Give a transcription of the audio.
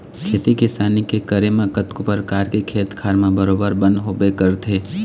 खेती किसानी के करे म कतको परकार के खेत खार म बरोबर बन होबे करथे